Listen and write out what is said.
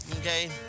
Okay